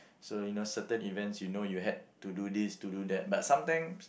so you know certain events you know you had to do this to do that but sometimes